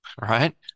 Right